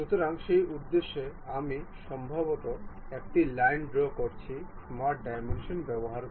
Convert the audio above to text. সুতরাং সেই উদ্দেশ্যে আমি সম্ভবত একটি লাইন ড্রও করছি স্মার্ট ডাইমেনশন ব্যবহার করে